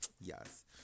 Yes